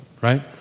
right